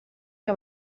que